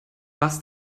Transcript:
was